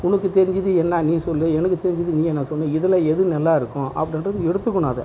உனக்கு தெரிஞ்சது என்ன நீ சொல்லு எனக்கு தெரிஞ்சது நீ எனக்கு சொல்லு இதில் எது நல்லா இருக்கும் அப்படின்றது எடுத்துக்கணும் அதை